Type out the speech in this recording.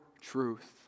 truth